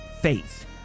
faith